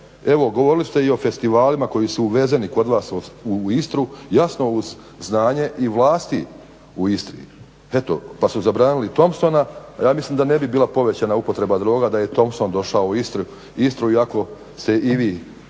No, govorili ste i o festivalima koji su uvezeni kod vas u Istru, jasno uz znanje i vlasti u Istri eto pa su zabranili Thopmsona a ja mislim da ne bi bila povećana upotreba droga da je Thompson došao u Istru iako se i vi